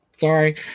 Sorry